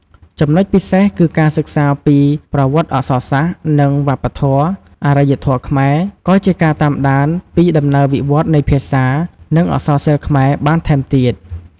ចំណុចពិសេសគឺការសិក្សាពីប្រវត្តិអក្សរសាស្ត្រ និងវប្បធម៌ អរិយធម៌ខ្មែរ ក៏ជាការតាមដានពីដំណើរវិវត្តន៍នៃភាសា និងអក្សរសិល្ប៍ខ្មែរបានថែមទៀត។